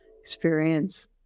experience